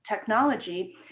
technology